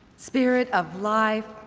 spirit of life,